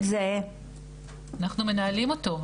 אנחנו מנהלים אותו.